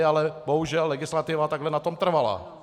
Ale bohužel, legislativa takhle na tom trvala.